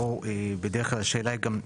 פה בדרך כלל השאלה היא גם,